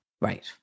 Right